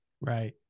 Right